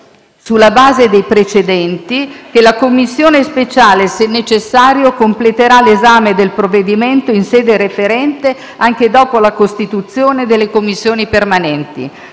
sulla base dei precedenti, che la Commissione speciale, se necessario, completerà l'esame del provvedimento in sede referente anche dopo la costituzione delle Commissioni permanenti.